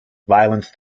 violence